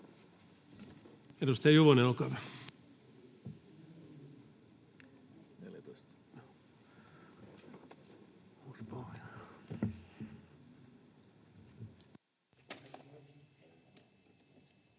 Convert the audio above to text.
Edustaja Juvonen, olkaa hyvä.